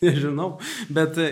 ir žinau bet